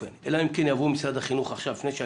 אלא אם כן משרד החינוך יאמר לי עכשיו שאין